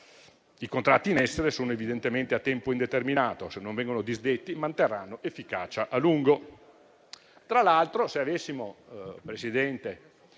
I contratti in essere sono evidentemente a tempo indeterminato e, se non vengono disdetti, manterranno efficacia a lungo.